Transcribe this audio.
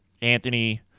Anthony